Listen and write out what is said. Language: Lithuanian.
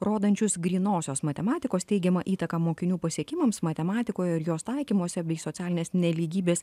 rodančius grynosios matematikos teigiamą įtaką mokinių pasiekimams matematikoje ir jos taikymuosi bei socialinės nelygybės